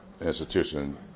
institution